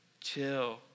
chill